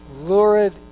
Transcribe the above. lurid